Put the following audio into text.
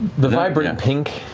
the vibrant pink